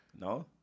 No